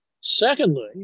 Secondly